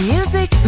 Music